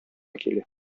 килә